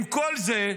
עם כל זה,